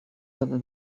whether